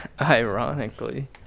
Ironically